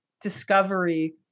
discovery